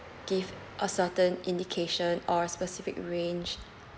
give a certain indication or a specific range